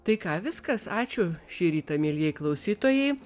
tai ką viskas ačiū šį rytą mielieji klausytojai